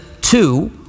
two